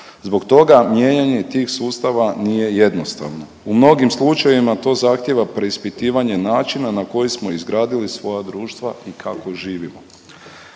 Zbog toga mijenjanje tih sustava nije jednostavno. U mnogim slučajevima to zahtijeva preispitivanje načina na koji smo izgradili svoja društva i kako živimo.